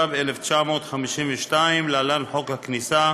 התשי"ב 1952, להלן: חוק הכניסה,